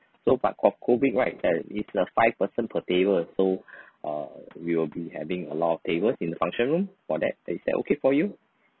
so but of COVID right there is a five person per table so uh we will be having a lot of tables in the function room for that is that okay for you